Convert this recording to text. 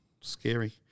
Scary